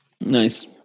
Nice